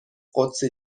قدسی